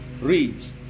reads